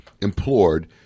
implored